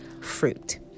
fruit